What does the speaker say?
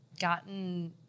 gotten